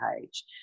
page